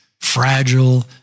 fragile